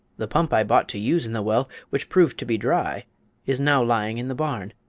the pump i bought to use in the well which proved to be dry is now lying in the barn,